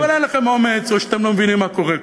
אבל אין לכם אומץ, או שאתם לא מבינים מה קורה כאן.